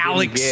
Alex